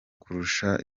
kurusha